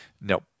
No